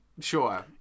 Sure